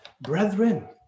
Brethren